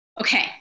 okay